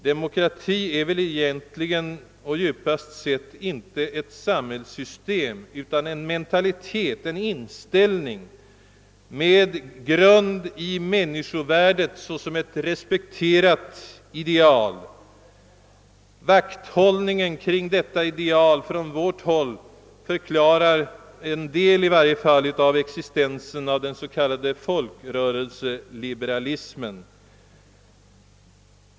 Demokrati är väl egent ligen och djupast sett inte ett samhällssystem utan en mentalitet, en inställning, med grund i människovärdet såsom ett respekterat ideal. Vakthållningen kring detta ideal från vårt håll, som vi självfallet skall fortsätta, förklarar existensen av den s.k. folkrörelseliberalismen.